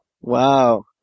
Wow